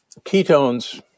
Ketones